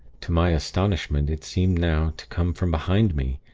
to my astonishment, it seemed now to come from behind me,